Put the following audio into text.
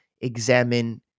examine